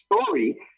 story